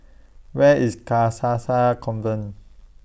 Where IS Convent